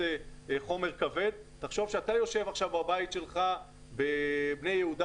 חומר כבד ואתה יושב עכשיו בבית שלך בבני יהודה,